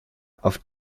auf